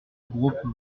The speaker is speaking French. groupe